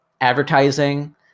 advertising